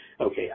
okay